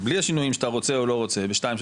בלי השינויים שאתה רוצה או לא רוצה בשתיים,